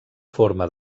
forma